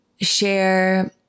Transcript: share